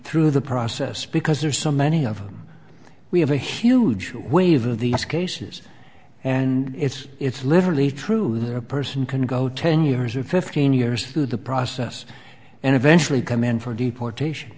through the process because there are so many of them we have a huge wave of these cases and it's it's literally true that a person can go ten years or fifteen years through the process and eventually come in for deportation